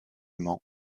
mans